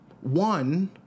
One